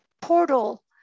portal